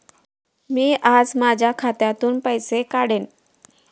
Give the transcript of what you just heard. मी आज माझ्या खात्यातून पैसे काढेन